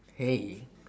hey